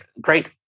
great